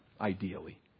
ideally